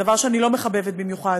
דבר שאני לא מחבבת במיוחד,